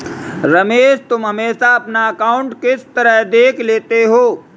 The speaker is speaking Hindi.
रमेश तुम हमेशा अपना अकांउट किस तरह देख लेते हो?